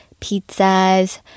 pizzas